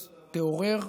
אז תעורר.